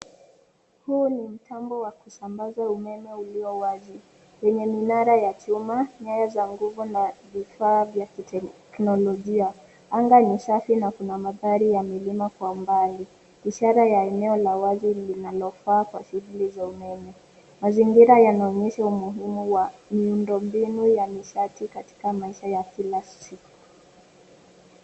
Huu ni mtambo wa kusambaza umeme ulio wazi yenye minara ya chuma, nyaya za nguvu na vifaa vya kiteknolojia. Anga ni safi na kuna mandhari ya milima kwa umbali ishara ya eneo la wazi linalofaa kwa shughuli za umeme. Mazingira yanaonyesha umuhimu wa miundo mbinu ya nishati katika maisha ya kila siku.